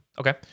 Okay